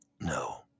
No